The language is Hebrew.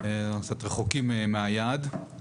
קצת רחוקים מהיעד.